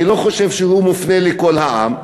אני לא חושב שהוא מופנה לכל העם,